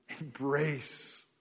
embrace